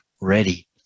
ready